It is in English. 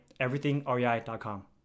everythingrei.com